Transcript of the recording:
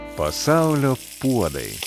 pasaulio puodai